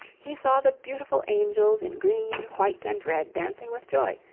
he saw the beautiful angels in green, white, and red dancing with joy,